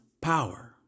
power